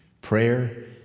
prayer